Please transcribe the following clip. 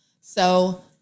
So-